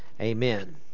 amen